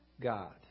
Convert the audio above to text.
God